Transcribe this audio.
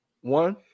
One